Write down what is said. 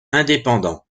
indépendant